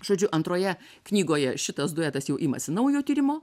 žodžiu antroje knygoje šitas duetas jau imasi naujo tyrimo